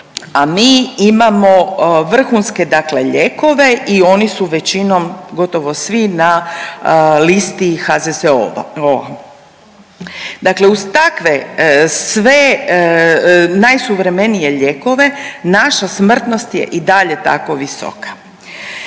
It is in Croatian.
a mi imamo vrhunske dakle lijekove i oni su većinom gotovo svi na listi HZZO-a. Dakle uz takve sve najsuvremenije lijekove, naša smrtnost je i dalje tako visoka.